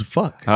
fuck